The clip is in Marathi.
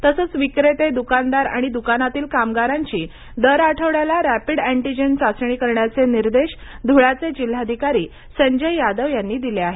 तसंच विक्रेत दुकानदार आणि द्कानातील कामगारांची दर आठवड्याला रॅपिड अँटिजेन चाचणी करण्याचे निर्देश धुळ्याचे जिल्हाधिकारी संजय यादव यांनी दिले आहेत